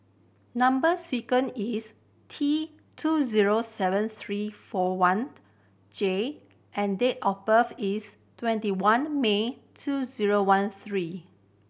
number sequence is T two zero seven three four one J and date of birth is twenty one May two zero one three